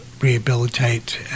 rehabilitate